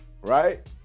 Right